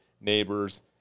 neighbors